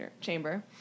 chamber